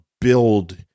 build